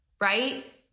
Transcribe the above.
right